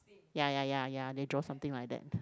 ya ya ya ya they draw something like that